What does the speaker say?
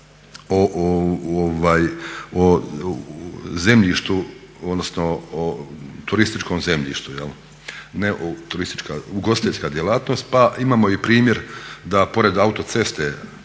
o zemljištu odnosno o turističkom zemljištu, ne ugostiteljska djelatnost pa imao i primjer da pored autoceste